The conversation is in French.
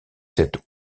cet